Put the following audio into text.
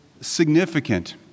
significant